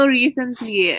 recently